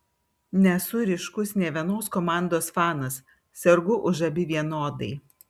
nesu ryškus nė vienos komandos fanas sergu už abi vienodai